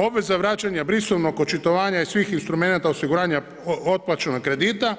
Obveza plaćanja brisovnog očitovanja i svih instrumenata osiguranja otplaćenog kredita